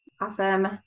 Awesome